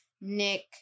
Nick